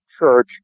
church